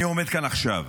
אני עומד כאן עכשיו